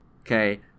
Okay